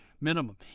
minimum